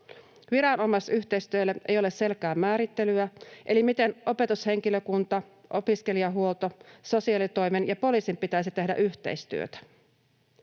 Viranomaisyhteistyölle ei ole selkeää määrittelyä siitä, miten opetushenkilökunnan, opiskelijahuollon, sosiaalitoimen ja poliisin pitäisi tehdä yhteistyötä.